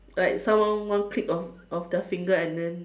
like someone one click of of their finger and then